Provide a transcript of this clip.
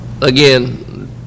again